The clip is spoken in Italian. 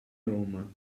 roma